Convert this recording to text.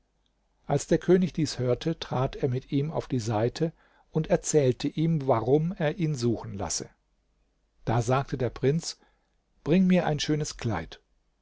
als der könig dies hörte trat er mit ihm auf die seite und erzählte ihm warum er ihn suchen lasse da sagte der prinz bring mir ein schönes kleid